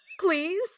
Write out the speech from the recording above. Please